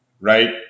Right